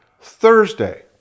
Thursday